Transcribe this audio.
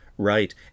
Right